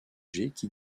quitte